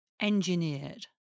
engineered